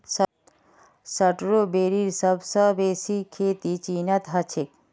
स्ट्रॉबेरीर सबस बेसी खेती चीनत ह छेक